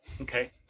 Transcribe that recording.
Okay